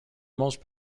most